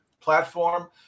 platform